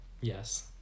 Yes